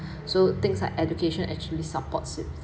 so things like education actually supports it